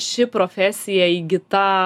ši profesija įgyta